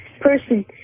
person